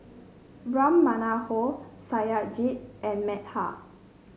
Ram Manohar Satyajit and Medha